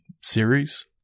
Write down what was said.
series